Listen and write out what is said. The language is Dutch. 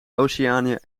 oceanië